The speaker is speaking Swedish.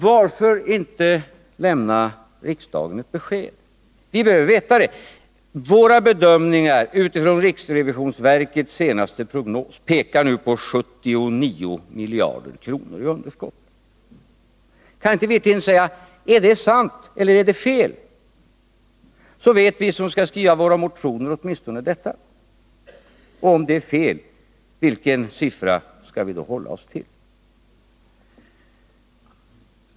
Varför inte lämna riksdagen de besked som den behöver? Våra bedömningar utifrån riksrevisionsverkets senaste prognos pekar mot 79 miljarder kronor i budgetunderskott. Kan inte herr Wirtén tala om huruvida det är rätt eller fel? Det vore bra att få veta innan vi skriver våra motioner. Om vår bedömning är felaktig, vilken siffra skall vi då hålla oss till?